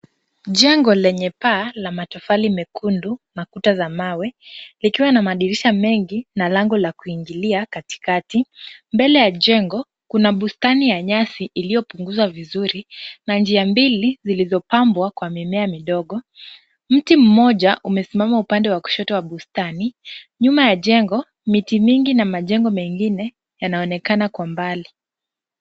Jengo lenye paa la matofali mekundu na kuta za mawe, likiwa na madirisha mengi na lango la kuingilia katikati. Mbele ya jengo kuna bustani ya nyasi iliyopunguzwa vizuri na njia mbili zilizopabwa kwa mimea midogo, mti mmoja umesimama upande wa kushoto wa bustani. Nyuma ya jengo miti mingi na majengo mengine yanaonekana kwa mbali.